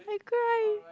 I cry